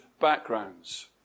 backgrounds